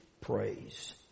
praise